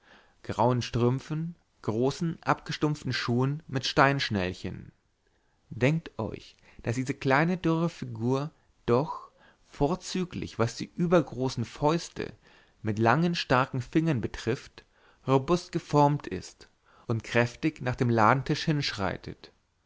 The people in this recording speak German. grauen strümpfen großen abgestumpften schuhen mit steinschnällchen denkt euch daß diese kleine dürre figur doch vorzüglich was die übergroßen fäuste mit langen starken fingern betrifft robust geformt ist und kräftig nach dem ladentisch hinschreitet